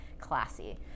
classy